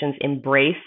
embrace